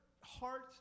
heart